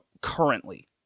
currently